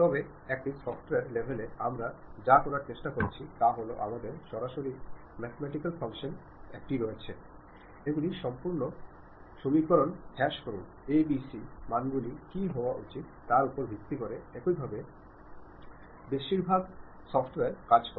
তবে একটি সফটওয়্যার লেভেলে আমরা যা করার চেষ্টা করছি তা হল আমাদের সরাসরি ম্যাথেমেটিক্যাল ফাংশন আছে এগুলি সম্পূর্ণ সমীকরণ হ্রাস করুন a b c মানগুলি কী হওয়া উচিত তার উপর ভিত্তি করে এইভাবেই বেশিরভাগ সফ্টওয়্যার কাজ করে